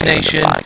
Nation